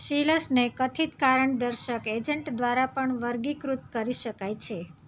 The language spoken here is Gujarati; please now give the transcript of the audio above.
શીલસને કથિત કારણદર્શક એજન્ટ દ્વારા પણ વર્ગીકૃત કરી શકાય છે